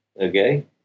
Okay